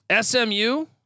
SMU